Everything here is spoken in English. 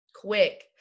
Quick